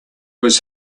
was